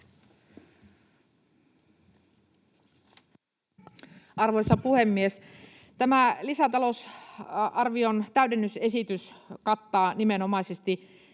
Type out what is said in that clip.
Arvoisa puhemies! Tämä lisätalousarvion täydennysesitys kattaa nimenomaisesti